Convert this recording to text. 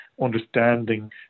understanding